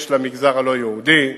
יש למגזר הלא-יהודי,